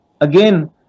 again